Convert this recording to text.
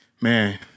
Man